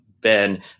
Ben